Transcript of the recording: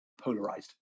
polarized